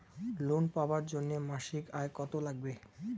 Loan পাবার জন্যে মাসিক আয় কতো লাগবে?